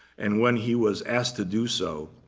and when he was asked to do so,